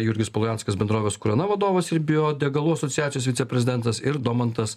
jurgis poljanskas bendrovės krona vadovas ir biodegalų asociacijos viceprezidentas ir domantas